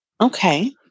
Okay